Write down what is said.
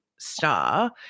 star